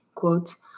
quotes